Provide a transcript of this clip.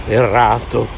errato